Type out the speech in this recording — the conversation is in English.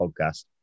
podcast